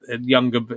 younger